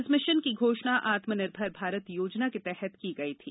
इस मिशन की घोषणा आत्मनिर्भर भारत योजना के तहत की गई थी